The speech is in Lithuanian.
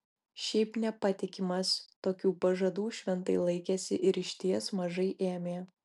šiaip nepatikimas tokių pažadų šventai laikėsi ir išties mažai ėmė